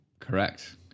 Correct